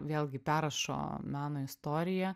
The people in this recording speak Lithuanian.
vėlgi perrašo meno istoriją